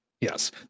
Yes